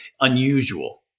Unusual